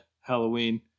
Halloween